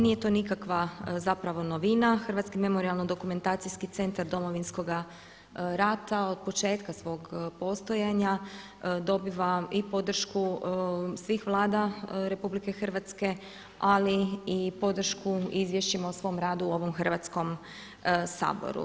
Nije to nikakva zapravo novina, Hrvatski memorijalno-dokumentacijski centara Domovinskog rata od početka svog postojanja dobiva i podršku svih Vlada RH ali i podršku u izvješćima o svom radu u ovom Hrvatskom saboru.